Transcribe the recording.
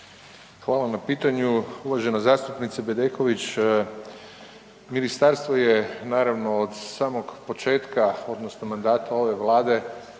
vam na pitanju uvažena zastupnice Bedeković. Ministarstvo je naravno od samog početka odnosno mandata ove Vlade